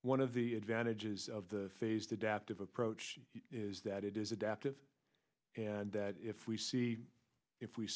one of the advantages of the phased adaptive approach is that it is adaptive and that if we see if we